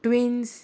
twigs